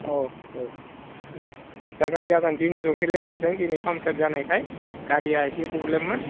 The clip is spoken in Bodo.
औ औ जागोन जागोन दिनैल'सो लेट जादों पाम्पसार जानायखाय गारिया एसे प्रब्लेममोन